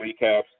recaps